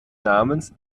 namens